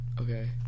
Okay